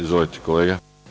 Izvolite, kolega.